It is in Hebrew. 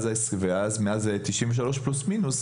ומאז 1993 פלוס מינוס,